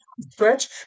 stretch